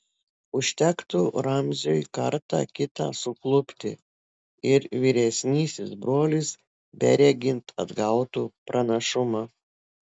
užtektų ramziui kartą kitą suklupti ir vyresnysis brolis beregint atgautų pranašumą